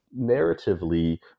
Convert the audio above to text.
narratively